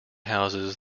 houses